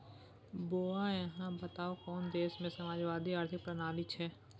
बौआ अहाँ बताउ कोन देशमे समाजवादी आर्थिक प्रणाली छै?